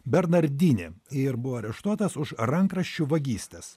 bernardini ir buvo areštuotas už rankraščių vagystes